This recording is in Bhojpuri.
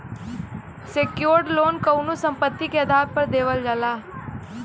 सेक्योर्ड लोन कउनो संपत्ति के आधार पर देवल जाला